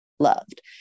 Loved